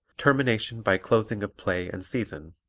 termination by closing of play and season